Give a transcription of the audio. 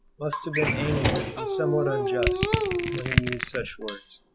must have been angry and somewhat unjust when he used such words.